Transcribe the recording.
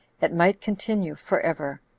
it might continue for ever.